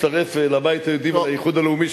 תצטרף לבית היהודי ולאיחוד הלאומי,